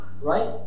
right